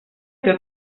que